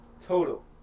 Total